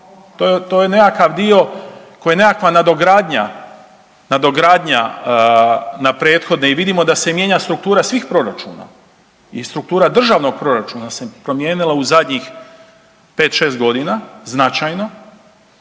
to je nekakav dio koja je nekakva nadogradnja na prethodne i vidimo da se mijenja struktura svih proračuna i struktura državnog proračuna se promijenila u zadnjih pet, šest godina značajno